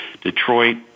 Detroit